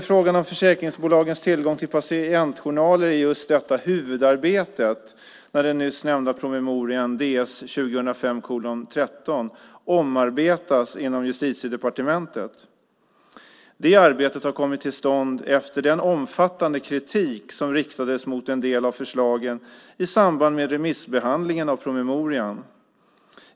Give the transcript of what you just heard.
Frågan om försäkringsbolagens tillgång till patientjournaler är huvudarbetet när den nyss nämnda promemorian Ds 2005:13 omarbetas inom Justitiedepartementet. Det arbetet har kommit till stånd efter den omfattande kritik som riktades mot en del av förslagen i samband med remissbehandlingen av promemorian.